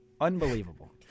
unbelievable